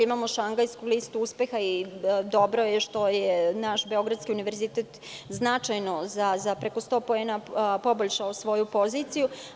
Imamo Šangajsku listu uspeha i dobro je što je naš Beogradski univerzitet značajno, za preko 100 poena, poboljšao svoju poziciju.